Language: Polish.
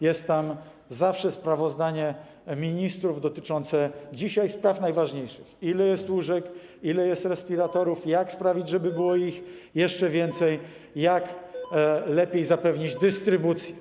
Jest tam zawsze sprawozdanie ministrów dotyczące spraw dzisiaj najważniejszych, tego, ile jest łóżek, ile jest respiratorów, jak sprawić, żeby było ich jeszcze więcej, jak lepiej zapewnić dystrybucję.